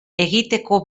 egiteko